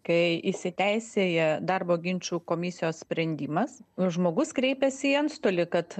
kai įsiteisėja darbo ginčų komisijos sprendimas žmogus kreipiasi į antstolį kad